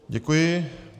Děkuji.